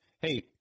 Hey